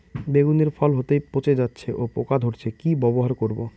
বেগুনের ফল হতেই পচে যাচ্ছে ও পোকা ধরছে কি ব্যবহার করব?